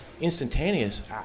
instantaneous